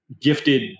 gifted